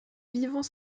vivant